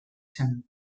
zen